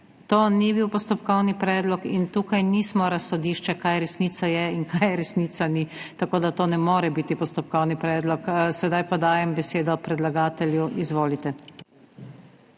To ni bil postopkovni predlog in tu nismo razsodišče, kaj resnica je in kaj resnica ni, tako to ne more biti postopkovni predlog. Zdaj pa dajem besedo predlagatelju. Izvolite.